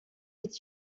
est